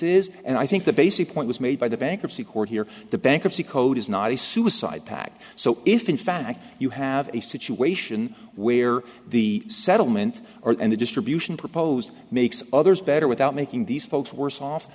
is and i think the basic point was made by the bankruptcy court here the bankruptcy code is not a suicide pact so if in fact you have a situation where the settlement or and the distribution proposed makes others better without making these folks worse off